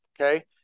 Okay